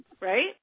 right